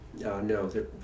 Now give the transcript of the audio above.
no